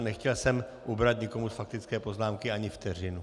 Nechtěl jsem ubrat nikomu z faktické poznámky ani vteřinu.